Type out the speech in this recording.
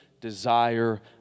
desire